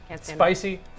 Spicy